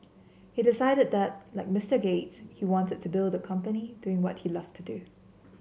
he decided that like Mister Gates he wanted to build the company doing what he loved to do